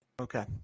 Okay